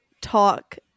talk